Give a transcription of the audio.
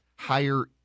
higher